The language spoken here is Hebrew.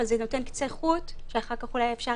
אבל זה נותן קצה חוט שאחר כך אולי אפשר